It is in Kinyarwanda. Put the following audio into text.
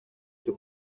cyo